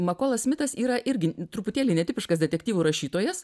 makolas smitas yra irgi truputėlį netipiškas detektyvų rašytojas